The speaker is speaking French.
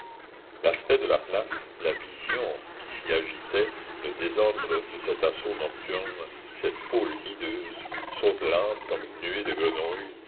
l'aspect de la place la vision qui s'y agitait le désordre de cet assaut nocturne cette foule hideuse sautelante comme une nuée de grenouilles